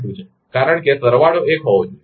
2 છે કારણ કે સારાંશ સરવાળો એક હોવો જોઈએ